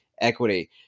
equity